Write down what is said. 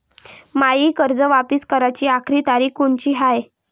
मायी कर्ज वापिस कराची आखरी तारीख कोनची हाय?